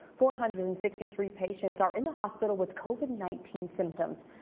four hundred and sixty three patients are in the hospital with covid nineteen symptoms.